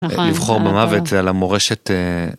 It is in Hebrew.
נכון. לבחור במוות על המורשת.